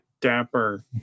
Dapper